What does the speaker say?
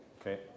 Okay